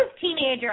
teenager